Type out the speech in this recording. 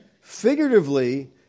Figuratively